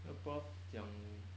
那个 prof 讲好